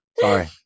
Sorry